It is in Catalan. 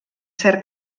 cert